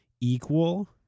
equal